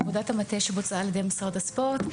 את עבודת המטה שבוצעה על ידי משרד הספורט.